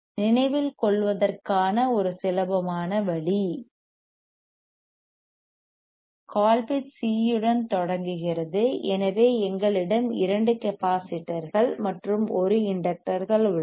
நினைவில் கொள்வதற்கான ஒரு சுலபமான வழி கோல்பிட்ஸ் சி உடன் தொடங்குகிறது எனவே எங்களிடம் இரண்டு கெப்பாசிட்டர்கள் மற்றும் ஒரு இண்டக்டர் உள்ளன